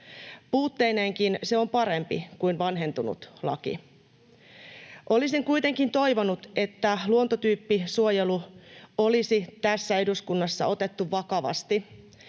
Puutteineenkin se on parempi kuin vanhentunut laki. Olisin kuitenkin toivonut, että luontotyyppisuojelu olisi tässä eduskunnassa otettu vakavasti